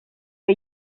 que